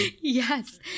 Yes